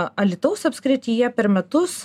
alytaus apskrityje per metus